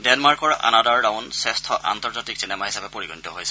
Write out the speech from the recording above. ডেনমাৰ্কৰ another round শ্ৰেষ্ঠ আন্তৰ্জাতিক চিনেমা হিচাপে পৰিগণিত হৈছে